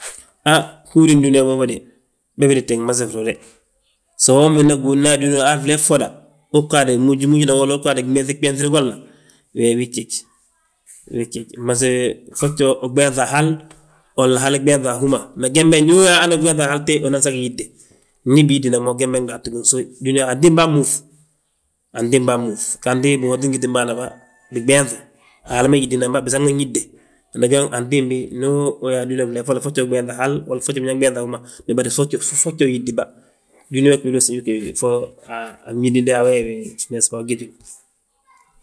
Han bgúudin dúniyaa boobe de, be biniti fmasi frude, so umida gúudna a dúniyaa wo han flee ffoda, uu ggaadi mmúj, uu ggaade gɓenŧi golla, we wii jjéj, wii jjéj, fmasi, fojoo uɓenŧa a hal. Halla hal ɓeenŧa a hú ma, mee gembe ndu uyaa hanu uɓenŧa a hal to unan sag ginyidde. Ndi biyiddina mo gembe gdaatu gin sów, dúniyaa antimbaa mmúŧ, antimbaa mmúŧ bihotin gitin bâan ma ba, biɓenŧu, Haala ma yíddinam bà, bisagnan yídde, nde ge antimbi ndu uyaa a dúniyaa flee fo fojo uɓenŧa a hal fo fojo biɓenŧa a hú ma. Bari fo joo uyíddi bà, dúniyaa wee gí winoosi fo a yísdide, a weewi a ugitilu;